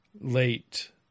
late